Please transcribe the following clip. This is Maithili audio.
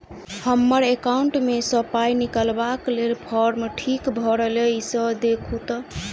हम्मर एकाउंट मे सऽ पाई निकालबाक लेल फार्म ठीक भरल येई सँ देखू तऽ?